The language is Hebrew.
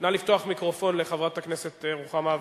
נא לפתוח מיקרופון לחברת הכנסת רוחמה אברהם-בלילא.